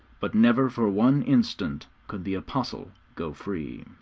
but never for one instant could the apostle go free.